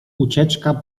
ucieczka